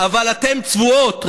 אבל אתן צבועות.